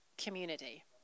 community